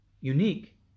unique